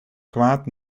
kwaad